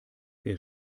wer